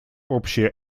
общая